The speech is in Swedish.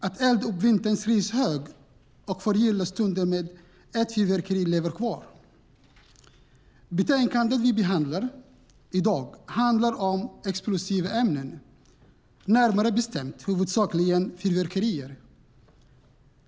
Att elda upp vinterns rishög och förgylla stunden med ett fyrverkeri lever dock kvar. Betänkandet vi behandlar i dag handlar om explosiva ämnen, närmare bestämt huvudsakligen fyrverkerier.